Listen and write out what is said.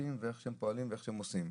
חוסכים ואיך שהם פועלים ואיך שהם עושים.